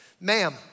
Ma'am